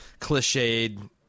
cliched